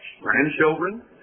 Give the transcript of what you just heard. grandchildren